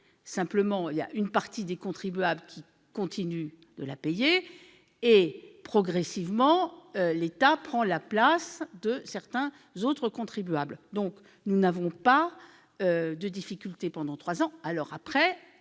Simplement, une partie des contribuables continue de la payer et, progressivement, l'État prend la place de certains autres. Nous n'aurons donc pas de difficultés pendant trois ans